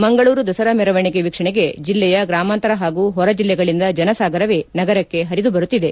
ಮಂಗಳೂರು ದಸರಾ ಮೆರವಣಿಗೆ ವೀಕ್ಷಣೆಗೆ ಜಿಲ್ಲೆಯ ಗ್ರಾಮಾಂತರ ಹಾಗೂ ಹೊರ ಜಿಲ್ಲೆಗಳಿಂದ ಜನಸಾಗರವೇ ನಗರಕ್ಕೆ ಹರಿದು ಬರುತ್ತಿದೆ